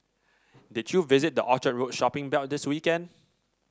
did you visit the Orchard Road shopping belt this weekend